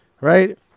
Right